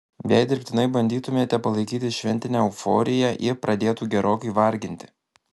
jei dirbtinai bandytumėme palaikyti šventinę euforiją ji pradėtų gerokai varginti